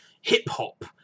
hip-hop